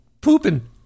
pooping